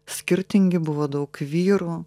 skirtingi buvo daug vyrų